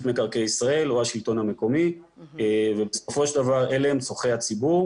מקרקעי ישראל או השלטון המקומי אבל בסופו של דבר אלה צורכי הציבור